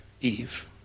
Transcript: Eve